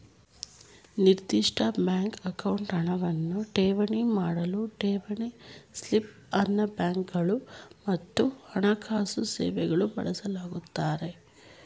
ನಿರ್ದಿಷ್ಟ ಬ್ಯಾಂಕ್ ಅಕೌಂಟ್ಗೆ ಹಣವನ್ನ ಠೇವಣಿ ಮಾಡಲು ಠೇವಣಿ ಸ್ಲಿಪ್ ಅನ್ನ ಬ್ಯಾಂಕ್ಗಳು ಮತ್ತು ಹಣಕಾಸು ಸೇವೆಗಳು ಬಳಸುತ್ತಾರೆ